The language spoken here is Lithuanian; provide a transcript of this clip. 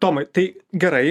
tomai tai gerai